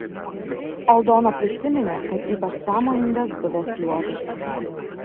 aldona prisiminė kad ypač sąmojingas buvęs juozas